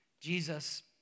Jesus